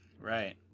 right